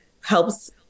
helps